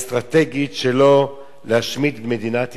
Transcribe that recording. האסטרטגית שלו להשמיד את מדינת ישראל.